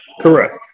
correct